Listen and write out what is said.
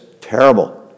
terrible